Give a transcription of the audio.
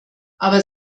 aber